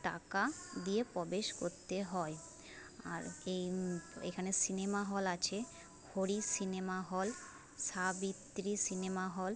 টাকা দিয়ে প্রবেশ করতে হয় আর এই এখানে সিনেমা হল আছে Hari cinema hall Savitri cinema হল